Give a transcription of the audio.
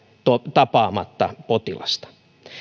tapaamatta potilasta